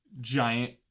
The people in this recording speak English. giant